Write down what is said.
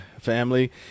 family